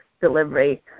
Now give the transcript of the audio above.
delivery